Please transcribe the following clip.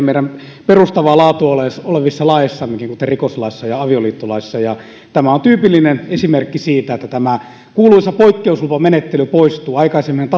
meidän perustavaa laatua olevissa laeissammekin kuten rikoslaissa ja avioliittolaissa ja tämä on tyypillinen esimerkki siitä että tämä kuuluisa poikkeuslupamenettely poistuu aikaisemminhan